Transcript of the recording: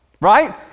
right